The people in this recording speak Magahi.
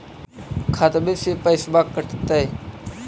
खतबे से पैसबा कटतय?